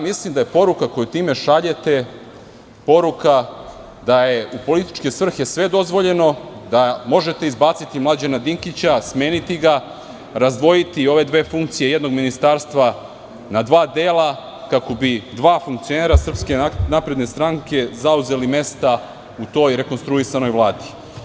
Mislim da je poruka koju time šaljete, poruka da je u političke svrhe sve dozvoljeno, da možete izbaciti Mlađana Dinkića, smeniti ga, razdvojiti ove dve funkcije jednog ministarstva na dva dela, kako bi dva funkcionera Srpske napredne stranke zauzeli mesta u toj rekonstruisanoj Vladi.